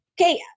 Okay